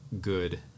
good